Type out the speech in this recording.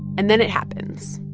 and then it happens.